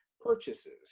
purchases